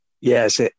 Yes